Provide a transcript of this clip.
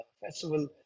festival